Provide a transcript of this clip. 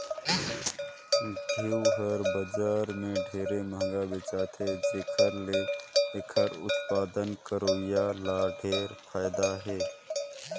घींव हर बजार में ढेरे मंहगा बेचाथे जेखर ले एखर उत्पादन करोइया ल ढेरे फायदा हे